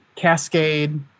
Cascade